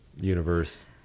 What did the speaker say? universe